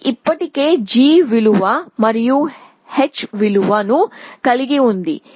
ఇది ఇప్పటికే g విలువ మరియు h విలువ ను కలిగి ఉంది